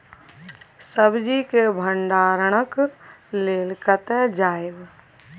सब्जी के भंडारणक लेल कतय जायब?